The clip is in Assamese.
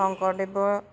শংকৰদেৱৰ